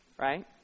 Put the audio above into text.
Right